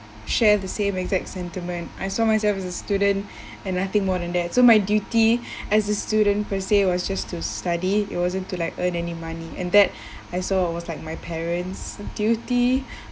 share the same exact sentiment I saw myself as a student and I think more than that so my duty as a student per se was just to study it wasn't to like earn any money and that I saw it was like my parents' duty